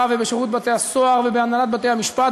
ובשירות בתי-הסוהר ובהנהלת בתי-המשפט,